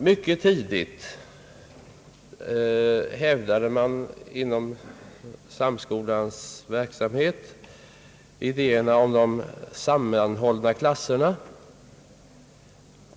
Mycket tidigt hävdade man inom Samskolans verksamhet idéerna om de sammanhållna klasserna.